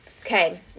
Okay